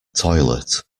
toilet